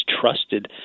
trusted